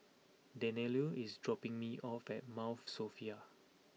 Daniele is dropping me off at Mount Sophia